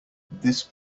this